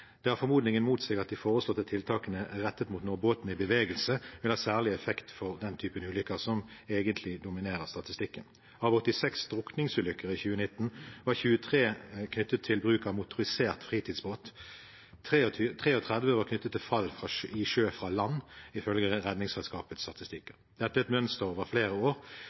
Det har formodningen mot seg at de foreslåtte tiltakene som er rettet mot når båten er i bevegelse, vil ha særlig effekt for den typen ulykker som egentlig dominerer statistikken. Av 86 drukningsulykker i 2019 var 23 knyttet til bruk av motorisert fritidsbåt, og 33 var knyttet til fall i sjø fra land, ifølge Redningsselskapets statistikker. Dette er et mønster over flere år.